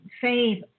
save